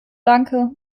danke